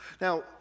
Now